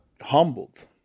humbled